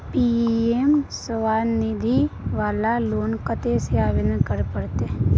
PM Svanidhi वाला loan कत्ते से आवेदन करे परतै?